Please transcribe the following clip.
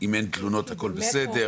אם אין תלונות הכול בסדר,